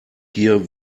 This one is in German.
hier